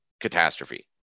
catastrophe